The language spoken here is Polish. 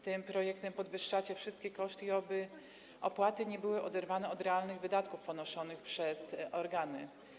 Tym projektem podwyższacie wszystkie koszty i oby opłaty nie były oderwane od realnych wydatków ponoszonych przez organy.